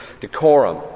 decorum